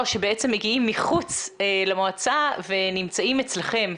שבעצם מגיעים מחוץ למועצה ונמצאים אצלכם.